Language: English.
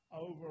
over